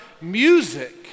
music